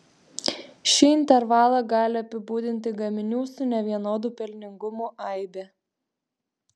šį intervalą gali apibūdinti gaminių su nevienodu pelningumu aibė